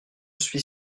suis